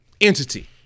entity